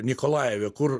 nikolajeve kur